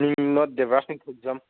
ꯃꯤꯡꯗꯣ ꯗꯦꯕꯔꯥꯖ ꯅꯤꯡꯊꯧꯖꯝ